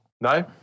No